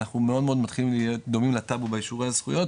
אנחנו מאוד מאוד מתחילים להיות דומים לטאבו באישורי הזכויות